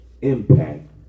impact